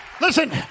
Listen